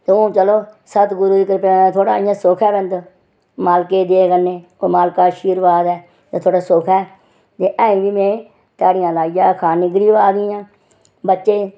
ते हून चलो सदगुरू दी किरपा कन्नै थोह्ड़ा सुख ऐ बिंद मालकै दी दया कन्नै ओह् मालकै दा शीरबाद ऐ कन्नै ते थोह्ड़ा सुख ऐ अजें बी में ध्याड़ियां लाइयै खन्नी आं गरीब आदमी आं बच्चे